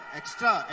extra